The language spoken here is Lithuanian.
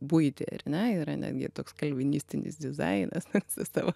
buitį ar ne yra netgi toks kalvinistinis dizainas su savo